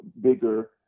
bigger